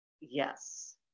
Yes